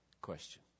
question